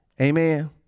Amen